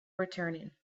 returning